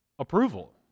Approval